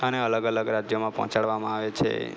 અને અલગ અલગ રાજ્યમાં પહોંચાડવામાં આવે છે